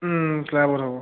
ক্লাবত হ'ব